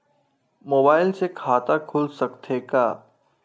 Mobile से खाता खुल सकथे का?